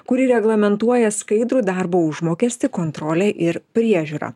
kuri reglamentuoja skaidrų darbo užmokestį kontrolę ir priežiūrą